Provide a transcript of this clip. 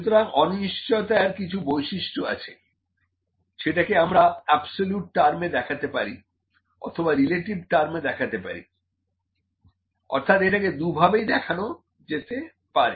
সুতরাং অনিশ্চয়তার কিছু বৈশিষ্ট্য আছে সেটাকে আমরা অ্যাবসোলুট টার্মে দেখাতে পারি অথবা রিলেটিভ টার্মে দেখাতে পারি অর্থাৎ এটাকে দুভাবেই দেখানো যেতে পারে